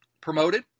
promoted